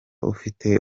ufite